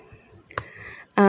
uh